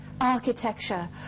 architecture